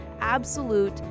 absolute